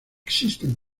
existen